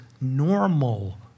normal